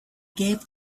gave